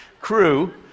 crew